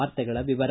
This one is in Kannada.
ವಾರ್ತೆಗಳ ವಿವರ